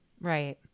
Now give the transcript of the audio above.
Right